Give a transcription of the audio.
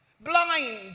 blind